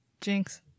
Jinx